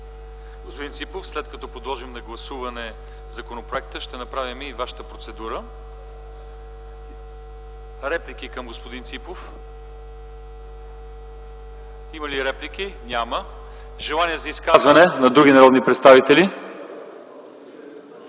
Господин Ципов, след като подложим на гласуване законопроекта, ще подложим на гласуване и Вашата процедура. Реплики към господин Ципов? Има ли реплики? Няма. Желание за изказвания на други народни представители?